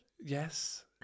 Yes